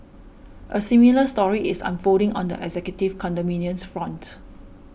a similar story is unfolding on the executive condominiums front